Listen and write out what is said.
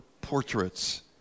portraits